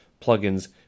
plugins